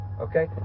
Okay